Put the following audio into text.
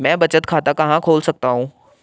मैं बचत खाता कहां खोल सकता हूँ?